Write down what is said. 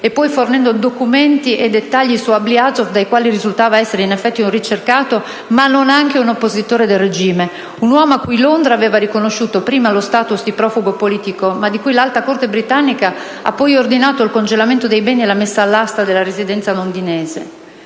e poi fornendo documenti e dettagli su Ablyazov dai quali risultava essere in effetti un ricercato, ma non anche un oppositore del regime: un uomo a cui Londra aveva riconosciuto lo *status* di profugo politico, ma di cui l'Alta Corte britannica ha poi ordinato il congelamento dei beni e la messa all'asta della residenza londinese.